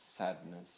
sadness